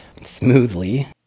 smoothly